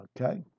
Okay